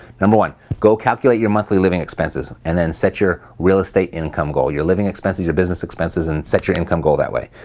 number one, go calculate your monthly living expenses and then set your real estate income goal. your living expenses, your business expenses, and set your income goal that way.